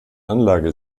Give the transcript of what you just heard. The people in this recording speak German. anlage